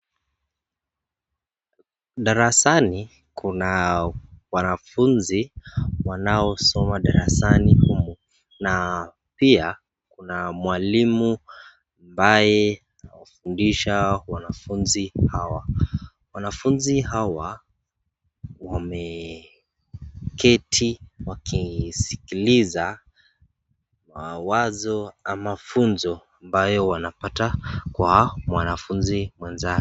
Darasani kuna wanafunzi wanaosoma darasani humu na pia kuna mwalimu ambaye anafundisha wanafunzi hawa , wanafunzi hawa wameketi wakisikiliza mawazo ama funzo ambao wanapata kwa mwanafunzi mwenzake.